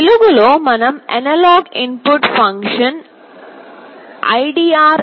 వెలుగులో మనం analog input function ldr